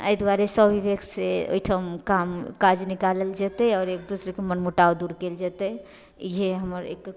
अइ दुआरे स्वविवेकसँ ओइठम काम काज निकालल जेतै आओर एक दोसराके मन मुटाव दूर कयल जेतै इहे हमर एक